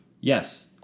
yes